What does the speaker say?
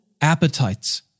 appetites